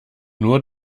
nur